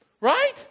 right